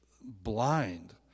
blind